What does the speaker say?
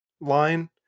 line